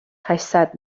هشتصد